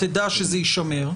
תדע שזה יישמר,